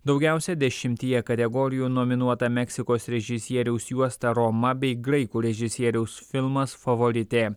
daugiausiai dešimtyje kategorijų nominuota meksikos režisieriaus juosta roma bei graikų režisieriaus filmas favoritė